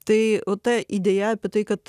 tai ta idėja apie tai kad